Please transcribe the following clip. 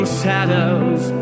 shadows